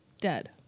dead